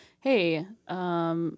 Hey